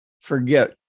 forget